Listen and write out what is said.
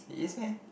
he is meh